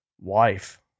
wife